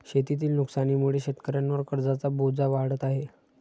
शेतीतील नुकसानीमुळे शेतकऱ्यांवर कर्जाचा बोजा वाढत आहे